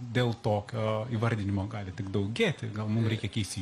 dėl tokio įvardinimo gali tik daugėti gal mum reikia keisti